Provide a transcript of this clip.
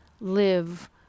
live